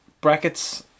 brackets